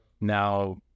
Now